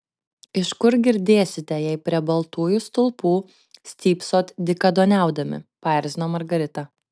iš kur girdėsite jei prie baltųjų stulpų stypsot dykaduoniaudami paerzino margarita